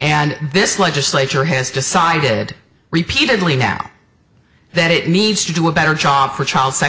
and this legislature has decided repeatedly now that it needs to do a better job for child sex